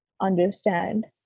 understand